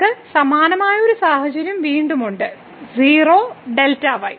നമ്മൾക്ക് സമാനമായ ഒരു സാഹചര്യം വീണ്ടും ഉണ്ട് 0 Δy